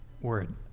word